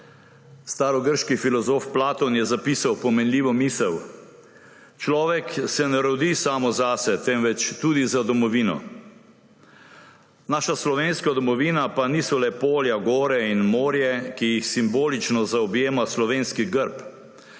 Starogrški filozof Platon je zapisal pomenljivo misel: »Človek se ne rodi samo zase, temveč tudi za domovino.« Naša slovenska domovina pa niso le polja, gore in morje, ki jih simbolično zaobjema slovenski grb.